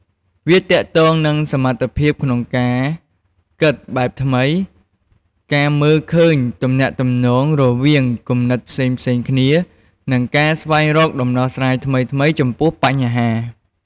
វាទាក់ទងនឹងសមត្ថភាពក្នុងការគិតបែបថ្មី ការមើលឃើញទំនាក់ទំនងរវាងគំនិតផ្សេងៗគ្នា និងការស្វែងរកដំណោះស្រាយថ្មីៗចំពោះបញ្ហា។